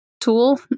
tool